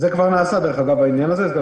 זה כבר נעשה, העניין הזה.